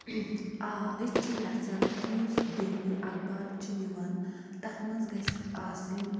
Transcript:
آ أسۍ چھِ یَژھان کہِ یُس ڈٮ۪لی اخبار چھُ یِوان تتھ منٛز گَژھِ آسٕنۍ